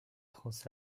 trans